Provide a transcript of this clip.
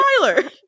Tyler